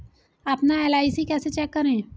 अपना एल.आई.सी कैसे चेक करें?